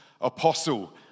apostle